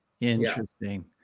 interesting